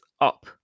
up